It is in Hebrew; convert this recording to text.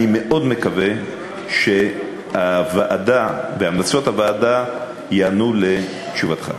אני מאוד מקווה שהוועדה והמלצות הוועדה יענו לך תשובה.